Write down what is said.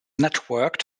networked